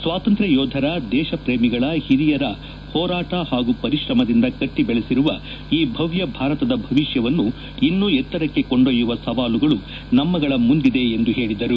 ಸ್ವಾತಂತ್ರ್ಯ ಯೋಧರ ದೇಶ ಪ್ರೇಮಿಗಳ ಹಿರಿಯರ ಹೋರಾಟ ಪಾಗೂ ಪರಿಶ್ರಮದಿಂದ ಕಟ್ಟಿ ಬೆಳಸಿರುವ ಈ ಭವ್ಯ ಭಾರತದ ಭವಿಷ್ಠವನ್ನು ಇನ್ನೂ ಎತ್ತರಕ್ಕೆ ಕೊಂಡೊಯ್ಯವ ಸವಾಲುಗಳು ನಮ್ಮಗಳ ಮುಂದಿದೆ ಎಂದು ಹೇಳಿದರು